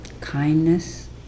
kindness